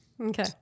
Okay